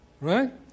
Right